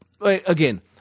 again